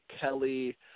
Kelly